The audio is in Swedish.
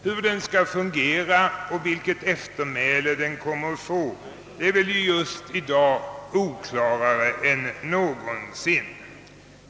Hur den skall fungera och vilket eftermäle den kommer att få är väl i dag oklarare än någonsin.